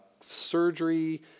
surgery-